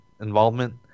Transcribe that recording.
involvement